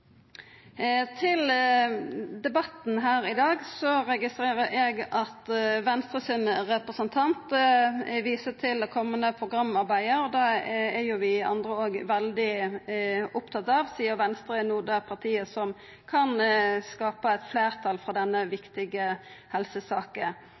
debatten her i dag registrerer eg at Venstre sin representant viser til det komande programarbeidet. Det er vi andre også veldig opptatt av, sidan Venstre er det partiet som kan skapa eit fleirtal for denne